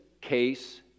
case